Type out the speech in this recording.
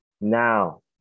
Now